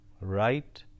right